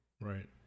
Right